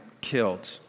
killed